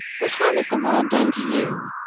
what harm has the world done to you?